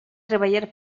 treballar